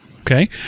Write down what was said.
Okay